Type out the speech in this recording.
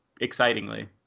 excitingly